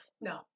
no